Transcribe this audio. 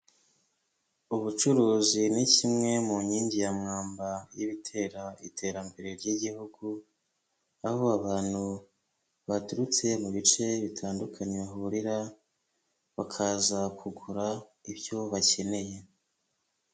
Ubucuruzi ni kimwe mu nkingi ya mwamba y'ibitera iterambere ry'igihugu, aho abantu baturutse mu bice bitandukanye bahurira bakaza kugura ibyo bakeneye.